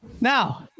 now